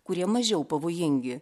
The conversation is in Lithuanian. kurie mažiau pavojingi